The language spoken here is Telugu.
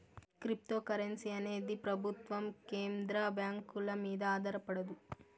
క్రిప్తోకరెన్సీ అనేది ప్రభుత్వం కేంద్ర బ్యాంకుల మీద ఆధారపడదు